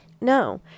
No